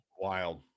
Wild